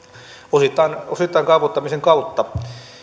osittain osittain kaavoittamisen kautta